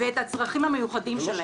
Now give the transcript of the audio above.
ואת הצרכים המיוחדים שלהם.